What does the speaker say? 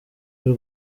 y’u